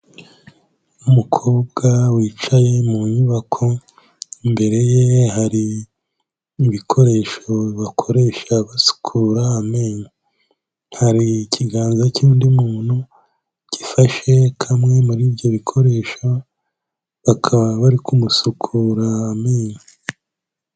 Umukobwa wicaye mu nyubako, imbere ye hari ibikoresho bakoresha basukura amenyo, hari ikiganza cy'undi muntu gifashe kamwe muri ibyo bikoresho, bakaba bari kumusukura amenyo.